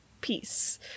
peace